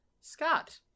Scott